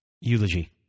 Eulogy